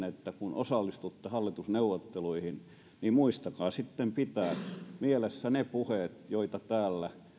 että kun osallistutte hallitusneuvotteluihin niin muistakaa sitten pitää mielessänne ne puheet joita täällä